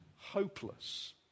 hopeless